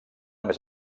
més